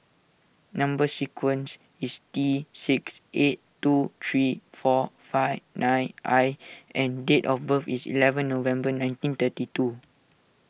Number Sequence is T six eight two three four five nine I and date of birth is eleven November nineteen thiry two